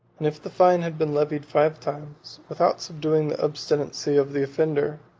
and if the fine had been levied five times, without subduing the obstinacy of the offender,